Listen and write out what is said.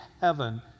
heaven